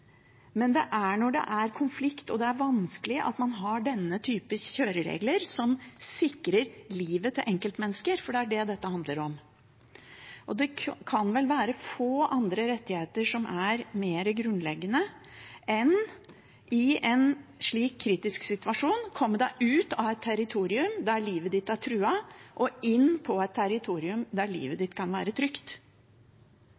Det er når det er konflikt og det er vanskelig, man har denne typen kjøreregler som sikrer livet til enkeltmennesker – for det er det dette handler om. Det er vel få andre rettigheter som er mer grunnleggende enn i en slik kritisk situasjon å komme seg ut av et territorium der livet er truet, og inn på et territorium der livet